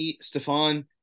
Stefan